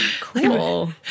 cool